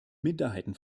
minderheiten